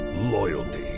loyalty